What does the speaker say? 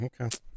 okay